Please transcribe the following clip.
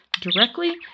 directly